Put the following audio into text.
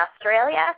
Australia